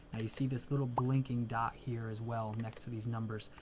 now, you see this little blinking dot here as well next to these numbers.